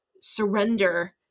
surrender